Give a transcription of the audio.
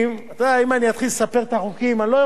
אם אתחיל לספר על החוקים אני לא אעמוד בשלוש דקות.